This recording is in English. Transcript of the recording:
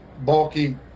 bulky